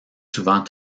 souvent